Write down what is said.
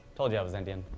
told you i was indian.